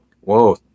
Whoa